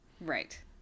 Right